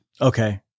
Okay